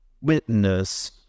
witness